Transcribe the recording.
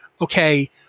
okay